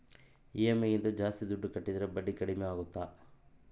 EMI ಗಿಂತ ಜಾಸ್ತಿ ದುಡ್ಡು ಕಟ್ಟಿದರೆ ಬಡ್ಡಿ ಕಡಿಮೆ ಆಗುತ್ತಾ?